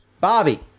Bobby